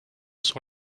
sur